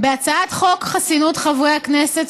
בהצעת חוק חסינות חברי הכנסת,